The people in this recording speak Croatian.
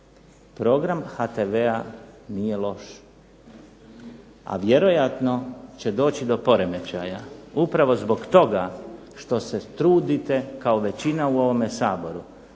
program HTV-a nije loš, a vjerojatno će doći do poremećaja upravo zbog toga što se trudite kao većina u ovome Saboru